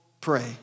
pray